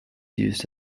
used